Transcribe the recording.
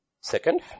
second